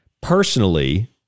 Personally